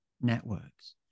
networks